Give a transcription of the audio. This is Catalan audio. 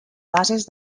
bases